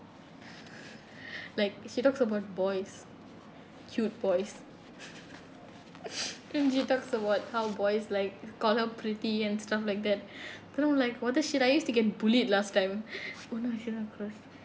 like she talks about boys cute boys and she talks about how boys like call her pretty and stuff like that then I'm like what the shit I used to get bullied last time oh no I shouldn't have disclosed